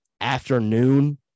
afternoon